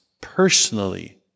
personally